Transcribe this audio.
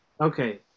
Okay